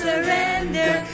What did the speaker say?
Surrender